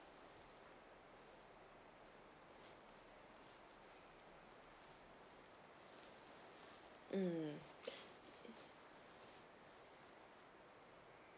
mm